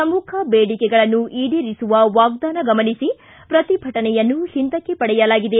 ಶ್ರಮುಖ ದೇಡಿಕೆಗಳನ್ನು ಈಡೇರಿಸುವ ವಾಗ್ದಾನ ಗಮನಿಸಿ ಶ್ರತಿಭಟನೆಯನ್ನು ಹಿಂದಕ್ಕೆ ಪಡೆಯಲಾಗಿದೆ